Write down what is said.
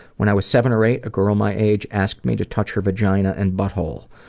when i was seven or eight a girl my age asked me to touch her vagina and butt hole,